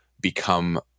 become